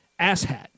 asshat